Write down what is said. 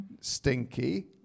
Stinky